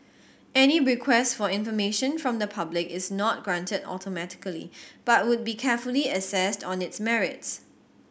any request for information from the public is not granted automatically but would be carefully assessed on its merits